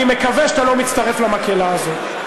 אני מקווה שאתה לא מצטרף למקהלה הזאת.